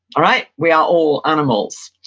all right? we are all animals.